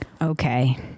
okay